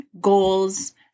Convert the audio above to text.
goals